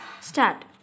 start